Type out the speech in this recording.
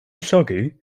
llogi